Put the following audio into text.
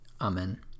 Amen